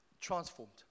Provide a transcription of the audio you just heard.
Transformed